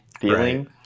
feeling